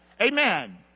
Amen